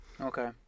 okay